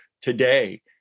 today